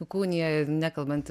įkūnija nekalbant